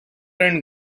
and